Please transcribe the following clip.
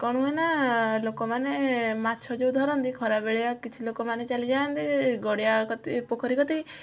କ'ଣ ହୁଏନା ଲୋକମାନେ ମାଛ ଯେଉଁ ଧରନ୍ତି ଖରାବେଳିଆ କିଛି ଲୋକମାନେ ଚାଲିଯାଆନ୍ତି ଗଡ଼ିଆ କତି ପୋଖରୀ କତିକି